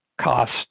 cost